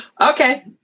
Okay